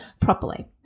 properly